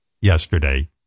yesterday